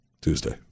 Tuesday